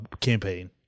campaign